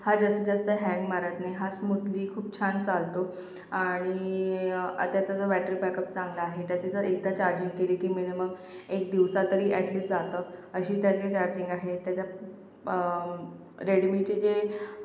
हा जास्तीत जास्त हॅन्ग मारत नाही हा स्मूथली खूप छान चालतो आणि त्याचा जो बॅटरी बॅकअप चांगला आहे त्याची जर एकदा चार्जिंग केली की मिनिमम एक दिवसात तर ॲट लीस्ट जातं अशी त्याची चार्जिंग आहे त्याचा रेडमीचे जे